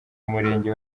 murenge